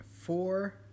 Four